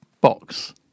box